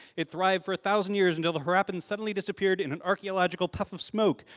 it thrived for a thousand years until the harappans suddenly disappeared in an archaeological puff of smoke.